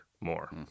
more